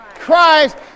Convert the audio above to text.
Christ